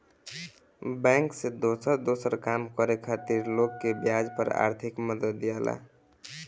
bank से दोसर दोसर काम करे खातिर लोग के ब्याज पर आर्थिक मदद दियाला